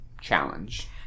challenge